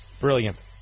Brilliant